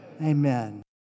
Amen